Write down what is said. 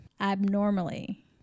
abnormally